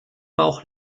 bauch